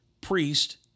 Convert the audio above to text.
priest